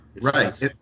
Right